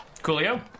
coolio